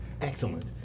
Excellent